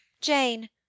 Jane